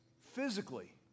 physically